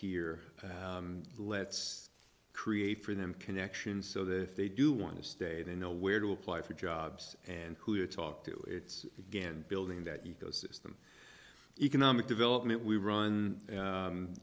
here and let's create for them connections so that if they do want to stay they know where to apply for jobs and who to talk to it's again building that ecosystem economic development we run